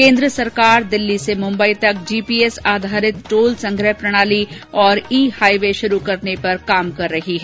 केन्द्र सरकार दिल्ली से मुम्बई तक जीपीएस आधारित टोल संग्रह प्रणाली हाइवे शुरू करने पर काम कर रही है